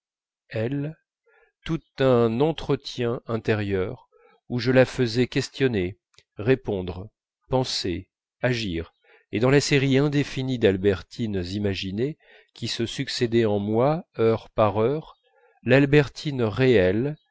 tout un entretien intérieur où je la faisais questionner répondre penser agir et dans la série indéfinie d'albertines imaginées qui se succédaient en moi heure par heure l'albertine réelle